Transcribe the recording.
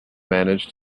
managed